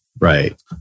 Right